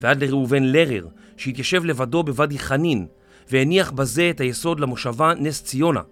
ועד לראובן לרר, שהתיישב לבדו בואדי חנין, והניח בזה את היסוד למושבה נס ציונה.